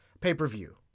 Pay-per-view